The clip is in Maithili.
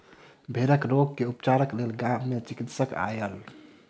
भेड़क रोग के उपचारक लेल गाम मे चिकित्सक आयल